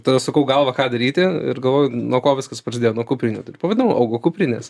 tada sukau galvą ką daryti ir galvoju nuo ko viskas prasidėjo nuo kuprinių tai ir pavadinau augo kuprinės